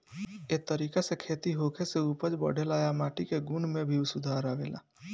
ए तरीका से खेती होखे से उपज बढ़ेला आ माटी के गुण में भी सुधार आवेला